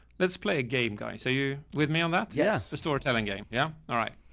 let's play a game guy. so you with me on that? yeah the storytelling game? yeah. all right.